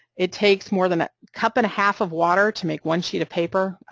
it takes more than a cup and a half of water to make one sheet of paper,